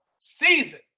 season